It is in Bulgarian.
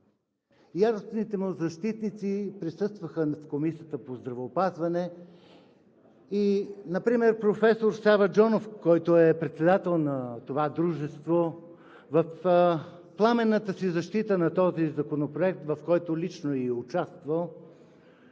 Яростните му защитници присъстваха в Комисията по здравеопазване. Например професор Сава Джонов, който е председател на това дружество, в пламенната си защита на този законопроект, в който лично е и участвал,